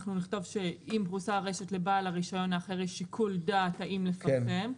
אנחנו נכתוב שאם פרוסה רשת לבעל רישיון האחר יש שיקול דעת האם לפרסם.